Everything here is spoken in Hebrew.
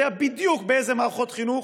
יודע בדיוק באילו מערכות חינוך,